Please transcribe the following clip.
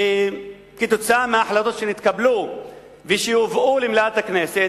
כתוצאה מהחלטות שנתקבלו ויובאו למליאת הכנסת,